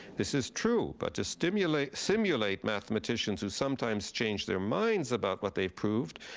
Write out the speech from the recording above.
this is true, but to simulate simulate mathematicians who sometimes change their minds about what they've proved,